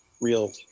real